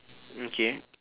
okay